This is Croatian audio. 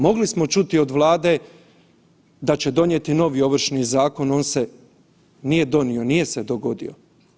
Mogli smo čuti od Vlade da će donijeti novi Ovršni zakon, on se nije donio, nije se dogodio.